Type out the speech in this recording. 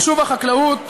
ושוב החקלאות,